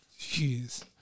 Jeez